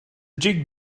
jig